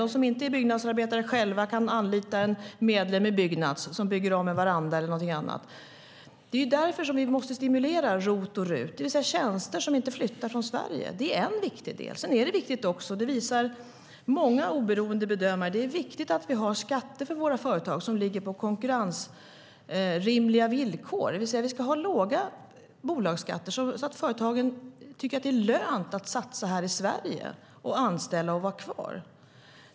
De som inte är byggnadsarbetare själva kan anlita en medlem i Byggnads som bygger om en veranda eller något annat. Därför måste vi stimulera ROT och RUT. Tjänster som inte flyttar från Sverige är en viktig del. Sedan visar många oberoende bedömare att det är viktigt att vi har skatter på konkurrensrimliga nivåer för våra företag. Vi ska ha låga bolagsskatter, så att företagen tycker att det är lönt att satsa här i Sverige och anställa och vara kvar.